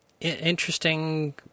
interesting